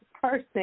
person